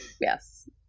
Yes